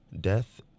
death